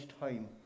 time